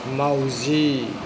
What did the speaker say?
माउजि